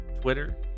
Twitter